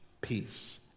peace